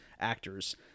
actors